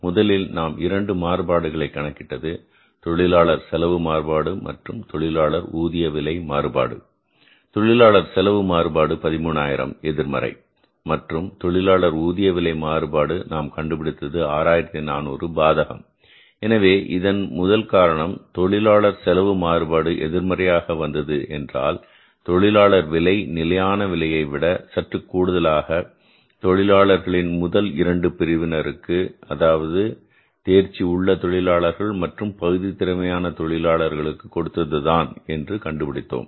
முதலில் நாம் இரண்டு மாறுபாடுகளை கணக்கிட்டது தொழிலாளர் செலவு மாறுபாடு மற்றும் தொழிலாளர் ஊதிய விலை மாறுபாடு தொழிலாளர் செலவு மாறுபாடு 13000 எதிர்மறை மற்றும் தொழிலாளர் ஊதிய விலை மாறுபாடு நாம் கண்டுபிடித்தது 6400 பாதகம் எனவே இதன் முதல் காரணம் தொழிலாளர் செலவு மாறுபாடு எதிர்மறையாக வந்தது என்றால் தொழிலாளர் விலை நிலையான விலையைவிட சற்று கூடுதலாக தொழிலாளர்களின் முதல் 2 பிரிவினருக்கு அதாவது தேர்ச்சி உள்ள தொழிலாளர்கள் மற்றும் பகுதி திறமை தொழிலாளர்களுக்கும் கொடுத்ததுதான் என்று கண்டுபிடித்தோம்